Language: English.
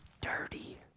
dirty